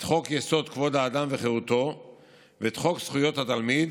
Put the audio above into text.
חוק-יסוד: כבוד האדם וחירותו ואת חוק זכויות התלמיד